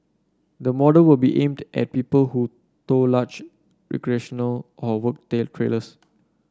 the model will be aimed at people who tow large recreational or work day trailers